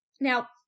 Now